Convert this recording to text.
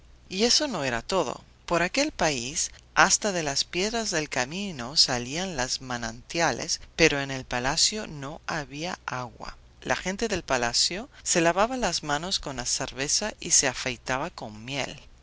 y eso no era todo por aquel país hasta de las piedras del camino salían los manantiales pero en el palacio no había agua la gente del palacio se lavaba las manos con cerveza y se afeitaba con miel